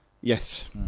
Yes